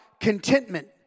contentment